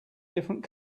different